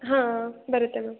ಹಾಂ ಬರುತ್ತೆ ಮ್ಯಾಮ್